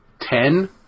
ten